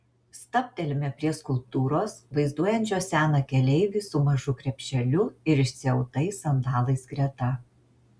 stabtelime prie skulptūros vaizduojančios seną keleivį su mažu krepšeliu ir išsiautais sandalais greta